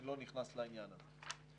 אני לא נכנס לעניין הזה.